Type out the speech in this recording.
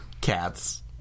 cats